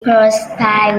perspire